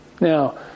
Now